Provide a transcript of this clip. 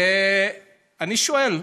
ואני שואל,